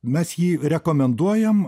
mes jį rekomenduojam